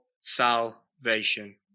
salvation